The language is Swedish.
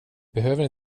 behöver